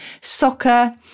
Soccer